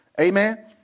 Amen